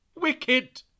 wicked